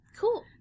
Cool